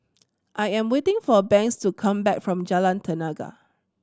I am waiting for Banks to come back from Jalan Tenaga